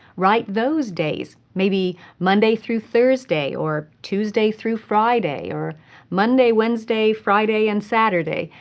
write those days maybe monday through thursday or tuesday through friday or monday, wednesday, friday, and saturday.